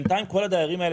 בינתיים כל הדיירים האלה,